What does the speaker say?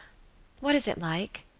what is it like?